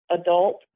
adult